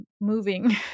moving